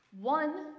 One